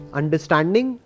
understanding